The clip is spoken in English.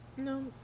No